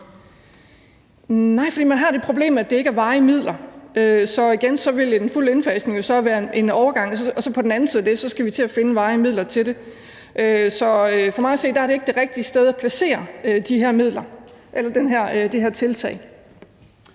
Nej, for man har det problem, at det ikke er varige midler. Så igen, en fuld indfasning vil jo så være en overgang, og på den anden side af det skal vi til at finde varige midler til det. Så for mig at se er det ikke det rigtige sted at placere det her tiltag.